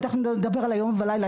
ותיכף נדבר על היום ולילה.